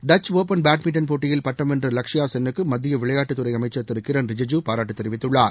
Dutch open badminton போட்டியில் பட்டம் வென்ற லக்ஷ்யா சென்னுக்கு மத்திய விளையாட்டுத் துறை அமைச்சர் திரு கிரண் ரிஜிஜூ பாராட்டு தெரிவித்துள்ளார்